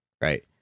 right